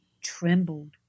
trembled